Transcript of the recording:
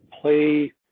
play